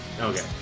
Okay